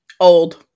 Old